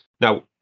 Now